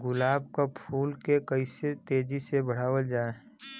गुलाब क फूल के कइसे तेजी से बढ़ावल जा?